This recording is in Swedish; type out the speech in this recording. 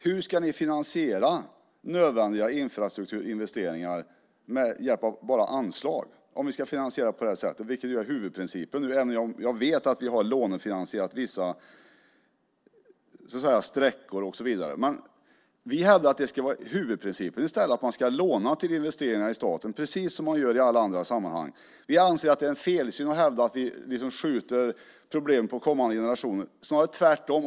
Hur ska ni då finansiera nödvändiga infrastrukturinvesteringar med hjälp av enbart anslag om finansieringen ska vara på nämnda sätt, vilket ju nu är huvudprincipen? Jag vet att vi har lånefinansierat vissa sträckor och så vidare. Vi hävdar att huvudprincipen i stället ska vara att man ska låna till investeringar i staten, precis som görs i alla andra sammanhang. Vi anser att det är en felsyn att hävda att vi liksom skjuter problemen på kommande generationer. Snarare är det tvärtom.